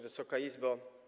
Wysoka Izbo!